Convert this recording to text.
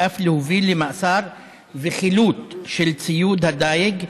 ואף להוביל למאסר וחילוט של ציוד הדייג,